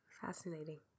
Fascinating